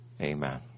amen